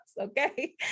Okay